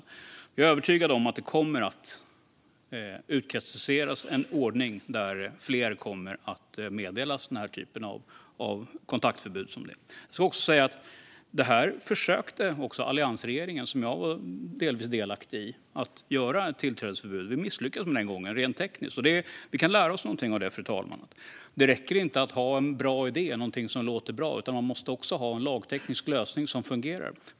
Jag är dock övertygad om att det kommer att utkristalliseras en ordning där fler kommer att meddelas den här typen av kontaktförbud. Alliansregeringen, som jag var delvis delaktig i, försökte med tillträdesförbud men misslyckades rent tekniskt den gången. Vi kan lära oss någonting av det, fru talman: Det räcker inte att ha en bra idé eller någonting som låter bra, utan man måste också ha en lagteknisk lösning som fungerar.